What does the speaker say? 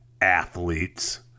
athletes